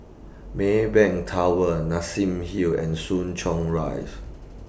Maybank Tower Nassim Hill and Soo Chow Rise